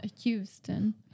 Houston